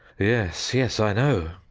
yes, yes, i know.